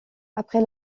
après